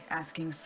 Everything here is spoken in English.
asking